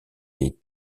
est